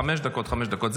חמש דקות, חמש דקות.